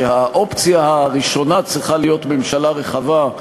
הוא שהאופציה הראשונה צריכה להיות ממשלה רחבה,